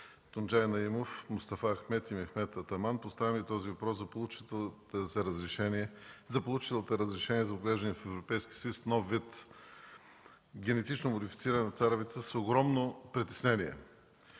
Тунджай Наимов, Мустафа Ахмед и Мехмет Атаман поставяме този въпрос за полученото разрешение за отглеждане в Европейския съюз на нов вид генетично модифицирана царевица с огромно притеснение.